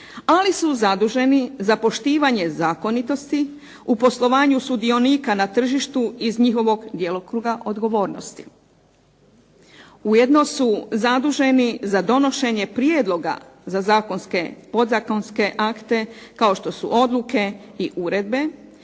ali su zaduženi za poštivanje zakonitosti u poslovanju sudionika na tržištu iz njihovog djelokruga odgovornosti. Ujedno su zaduženi za donošenje prijedloga za zakonske, podzakonske akte kao što su odluke i uredbe